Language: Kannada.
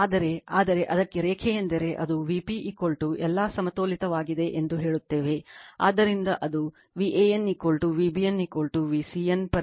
ಆದರೆ ಆದರೆ ಅದಕ್ಕೆ ರೇಖೆಯೆಂದರೆ ಅದು Vp ಎಲ್ಲ ಸಮತೋಲಿತವಾಗಿದೆ ಎಂದು ಹೇಳುತ್ತೇವೆ ಆದ್ದರಿಂದ ಅದು VAN V bn VCN ಪರಿಮಾಣ